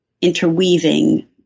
interweaving